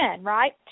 right